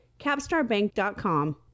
capstarbank.com